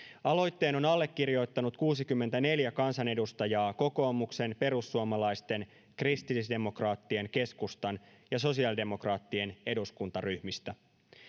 aloitteen on allekirjoittanut kuusikymmentäneljä kansanedustajaa kokoomuksen perussuomalaisten kristillisdemokraattien keskustan ja sosiaalidemokraattien eduskuntaryhmistä